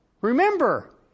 Remember